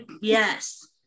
yes